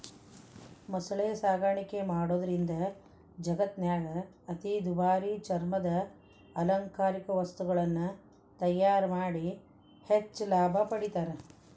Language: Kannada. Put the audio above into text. ಮೊಸಳೆ ಸಾಕಾಣಿಕೆ ಮಾಡೋದ್ರಿಂದ ಜಗತ್ತಿನ್ಯಾಗ ಅತಿ ದುಬಾರಿ ಚರ್ಮದ ಅಲಂಕಾರಿಕ ವಸ್ತುಗಳನ್ನ ತಯಾರ್ ಮಾಡಿ ಹೆಚ್ಚ್ ಲಾಭ ಪಡಿತಾರ